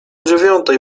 dziewiątej